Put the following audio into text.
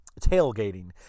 tailgating